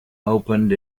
opened